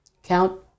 Count